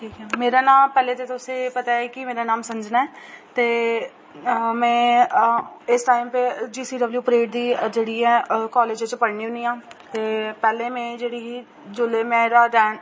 मेरा नांऽ पैह्लें ते तुसें ई पता ऐ कि मेरा नांऽ संजना ऐ ते में इस टाइम ते जी सी डब्लयू परेड दी जेह्ड़ी ऐ कॉलेज च पढ़नी होनी आं ते पैह्लें में जेह्ड़ी ही जोल्लै मेरा